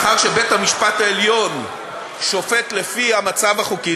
מאחר שבית-המשפט העליון שופט לפי המצב החוקי,